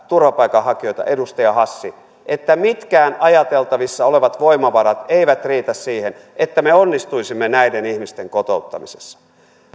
turvapaikanhakijoita edustaja hassi että mitkään ajateltavissa olevat voimavarat eivät riitä siihen että me onnistuisimme näiden ihmisten kotouttamisessa